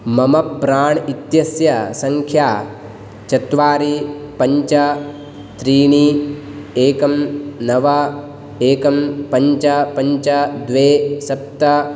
मम प्राण् इत्यस्य संख्या चत्वारि पञ्च त्रीणि एकं नव एकं पञ्च पञ्च द्वे सप्त